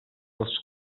els